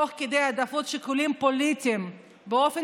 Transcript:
תוך כדי העדפת שיקולים פוליטיים באופן